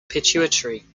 pituitary